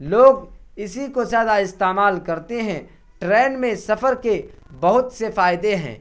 لوگ اسی کو زیادہ استعمال کرتے ہیں ٹرین میں سفر کے بہت سے فائدے ہیں